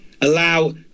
allow